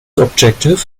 objective